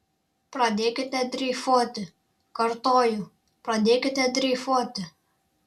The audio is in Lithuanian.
pradėkite dreifuoti kartoju pradėkite dreifuoti